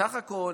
סך הכול,